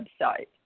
website